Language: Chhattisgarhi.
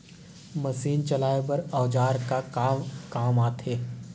मशीन चलाए बर औजार का काम आथे?